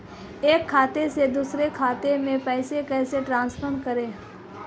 एक खाते से दूसरे खाते में पैसे कैसे ट्रांसफर करें?